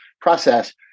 process